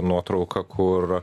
nuotrauką kur